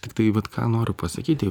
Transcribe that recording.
tiktai vat ką noriu pasakyti